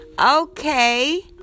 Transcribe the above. okay